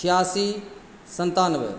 एकासी सन्तानबे